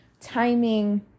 timing